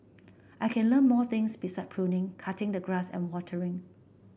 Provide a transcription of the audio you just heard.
I can learn more things beside pruning cutting the grass and watering